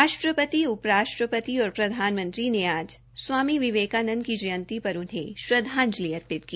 राष्ट्रपति उप राष्ट्रपति और प्रधानमंत्री ने आज स्वामी विवेकानंद की जयंती पर उन्हें श्रद्धांजलि अर्पित की